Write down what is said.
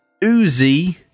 Uzi